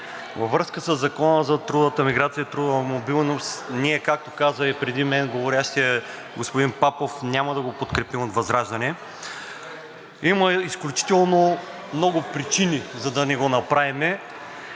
във връзка със Закона за трудовата миграция и трудовата мобилност, ние както каза и преди мен говорещият, господин Папов, няма да го подкрепим от ВЪЗРАЖДАНЕ. Има изключително много причини, за да не го направим.